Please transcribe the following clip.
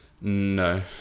No